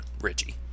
Richie